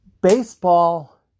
Baseball